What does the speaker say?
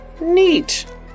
Neat